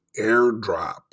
airdrop